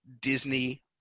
Disney